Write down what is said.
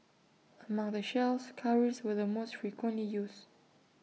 among the shells cowries were the most frequently used